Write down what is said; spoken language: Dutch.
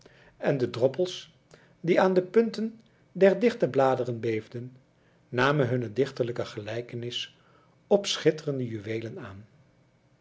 en de droppels die aan de punten der dichte bladeren beefden namen hunne dichterlijke gelijkenis op schitterende juweelen aan